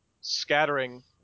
scattering